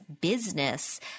business